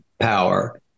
power